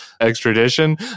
extradition